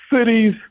cities